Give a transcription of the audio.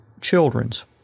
children's